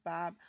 Bob